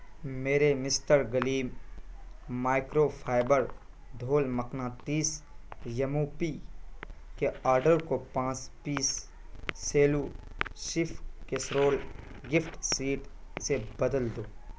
میرے mister gleam microfibre دھول مقناطیس یموپی کے آرڈر کو پانچ piece cello chef casserole gift set سے بدل دو